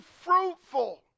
fruitful